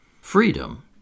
Freedom